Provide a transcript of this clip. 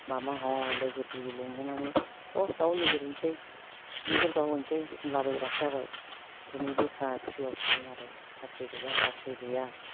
माबा लोगो दिगि लिंहोनानै थौ दाव नागिरहैसै एनजर गावहैसै होनला बायग्रासो जाबाय बिदिनो बेखार प्रियाव थाबाय नालाय साख्रि गैया बाख्रि गैया